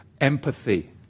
empathy